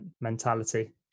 mentality